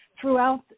throughout